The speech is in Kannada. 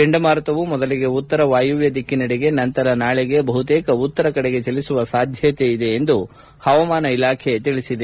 ಚಂಡಮಾರುತವು ಮೊದಲಿಗೆ ಉತ್ತರ ವಾಯುವ್ದ ದಿಕ್ಕಿನಡೆಗೆ ನಂತರ ನಾಳೆಗೆ ಬಹುತೇಕ ಉತ್ತರ ಕಡೆಗೆ ಚಲಿಸುವ ಸಾಧ್ಯತೆ ಇದೆ ಎಂದು ಹವಾಮಾನ ಇಲಾಖೆ ತಿಳಿಸಿದೆ